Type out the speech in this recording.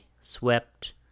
swept